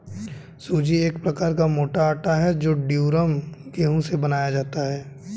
सूजी एक प्रकार का मोटा आटा है जो ड्यूरम गेहूं से बनाया जाता है